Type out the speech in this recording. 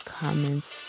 comments